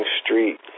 street